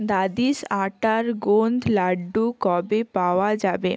দাদিস আটার গোন্দ লাড্ডু কবে পাওয়া যাবে